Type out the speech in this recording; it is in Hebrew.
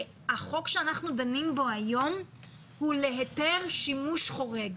החוק שאנחנו דנים בו היום הוא להיתר שימוש חורג.